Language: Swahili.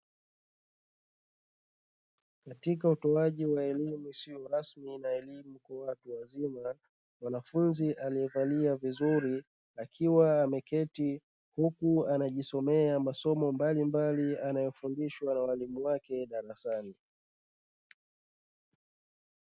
Katika utoaji wa elimu isio rasmi na elimu ya watu wazima, mwanafunzi aliyevalia vizuri akiwa ameketi huku anajisomea masomo mbalimbali anayofundishwa na walimu wake darasani.